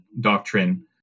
doctrine